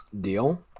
deal